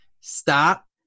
stop